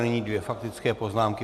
Nyní dvě faktické poznámky.